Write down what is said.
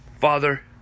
Father